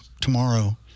tomorrow